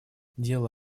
дело